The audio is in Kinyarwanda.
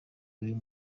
uyu